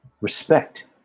respect